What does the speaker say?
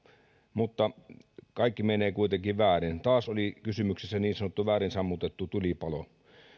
mutta kaikki menee kuitenkin väärin taas oli kysymyksessä niin sanottu väärin sammutettu tulipalo